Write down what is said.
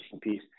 piece